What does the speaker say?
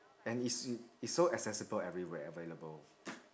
and it's it's so accessible everywhere available